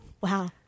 Wow